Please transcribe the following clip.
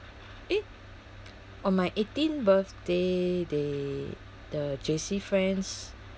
eh on my eighteenth birthday they the J_C friends